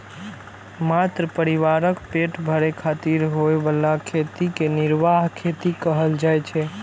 मात्र परिवारक पेट भरै खातिर होइ बला खेती कें निर्वाह खेती कहल जाइ छै